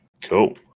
Cool